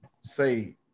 say